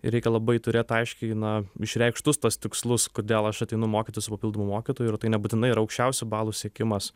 ir reikia labai turėt aiškiai na išreikštus tuos tikslus kodėl aš ateinu mokytis su papildomu mokytoju ir tai nebūtinai yra aukščiausių balų siekimas